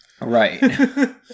Right